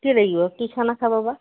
কি লাগিব কি খানা খাব বা